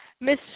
Miss